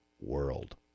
world